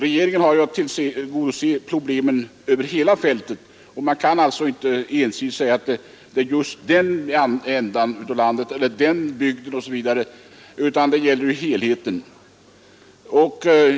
Regeringen har ju att tillgodose kraven över hela fältet och kan alltså inte ensidigt besluta att det är just den ändan av landet eller den bygden som skall ha stöd, utan regeringen får se till helheten. Herr talman!